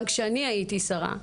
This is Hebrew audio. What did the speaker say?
גם כשאני הייתי שרה,